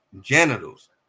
genitals